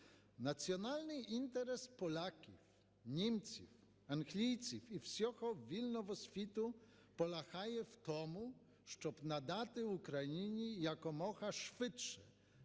Національний інтерес поляків, німців, англійців і всього вільного світу полягає в тому, щоб надати Україні якомога швидше